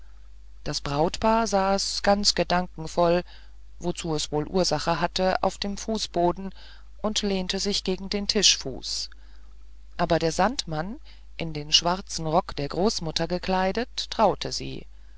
das brautpaar saß ganz gedankenvoll wozu es wohl ursache hatte auf dem fußboden und lehnte sich gegen den tischfuß aber der sandmann in den schwarzen rock der großmutter gekleidet traute sie